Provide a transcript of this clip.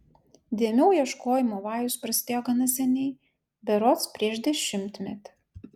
dėmių ieškojimo vajus prasidėjo gana seniai berods prieš dešimtmetį